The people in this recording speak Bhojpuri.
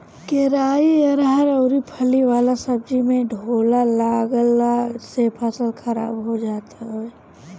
केराई, अरहर अउरी फली वाला सब्जी में ढोला लागला से फसल खराब हो जात हवे